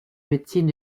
médecine